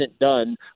done